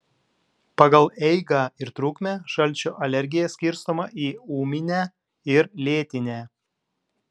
pagal eigą ir trukmę šalčio alergija skirstoma į ūminę ir lėtinę